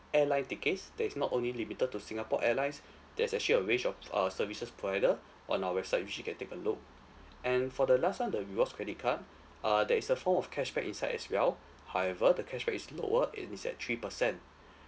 airline tickets that is not only limited to singapore airlines there's actually a range of err services provider on our website which you can take a look and for the last one the rewards credit card uh there is a form of cashback inside as well however the cashback is lower and it's at three percent